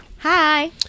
Hi